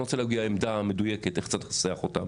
לא רוצה להביע עמדה מדויקת איך צריך לנסח אותם.